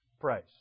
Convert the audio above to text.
price